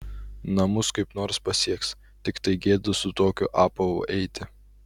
namus kaip nors pasieks tiktai gėda su tokiu apavu eiti